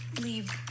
leave